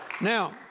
Now